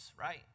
right